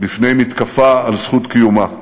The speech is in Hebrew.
בפני מתקפה על זכות קיומה.